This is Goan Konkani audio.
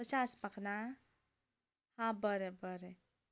तशें आसपाक ना हा बरें बरें